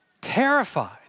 terrified